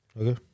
Okay